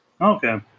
Okay